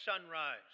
sunrise